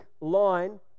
line